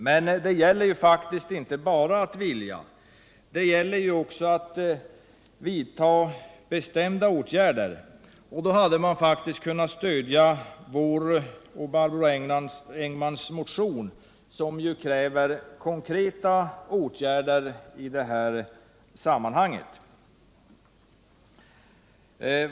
Men det gäller faktiskt inte bara att vilja; det gäller också att vidta bestämda åtgärder. Och då hade man kunnat stödja vår och Barbro Engmans motioner, som kräver konkreta åtgärder.